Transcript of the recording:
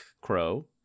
crow